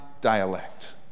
dialect